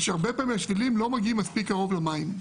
שהרבה פעמים השבילים לא מגיעים מספיק קרוב למים.